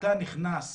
אתה נכנס,